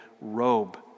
robe